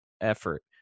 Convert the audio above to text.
effort